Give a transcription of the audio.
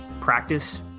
practice